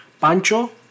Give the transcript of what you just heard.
Pancho